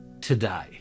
today